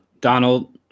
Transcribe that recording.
Donald –